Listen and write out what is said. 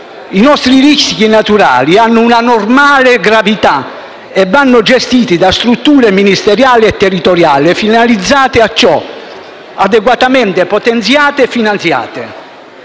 I nostri rischi naturali hanno una normale gravità e vanno gestiti da strutture ministeriali e territoriali finalizzate a ciò, adeguatamente potenziate e finanziate.